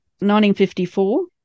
1954